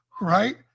right